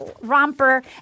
romper